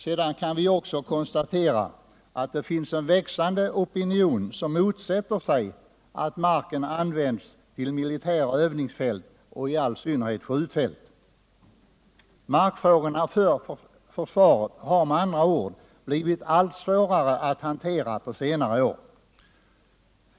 Sedan kan vi också konstatera att det finns en växande opinion som motsätter sig att marken används till militära övningsfält och i all synnerhet till skjutfält. Markfrågorna för försvaret har med andra ord blivit allt svårare att hantera på senare år.